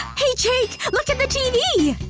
hey, jake! look at the tv!